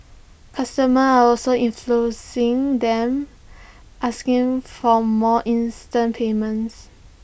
customers are also influencing them asking for more instant payments